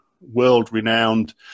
world-renowned